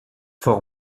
faure